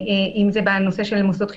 אם זה בנושא של מוסדות החינוך,